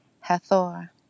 Hathor